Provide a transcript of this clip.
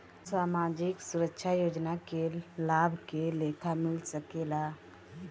सामाजिक सुरक्षा योजना के लाभ के लेखा मिल सके ला?